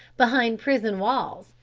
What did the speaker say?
behind prison walls,